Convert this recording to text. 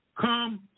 come